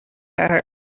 our